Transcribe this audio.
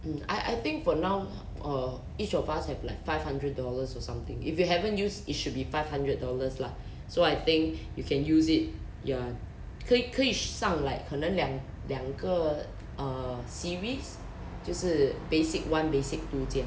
mm I I think for now uh each of us have like five hundred dollars or something if you haven't use it should be five hundred dollars lah so I think you can use it ya 可以可以上 like 可能两两个 uh series 就是 basic one basic two 这样